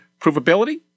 Provability